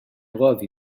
love